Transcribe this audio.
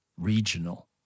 regional